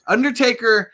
Undertaker